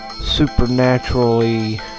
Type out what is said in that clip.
supernaturally